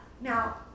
Now